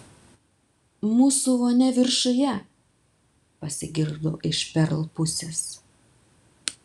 mūsų vonia viršuje pasigirdo iš perl pusės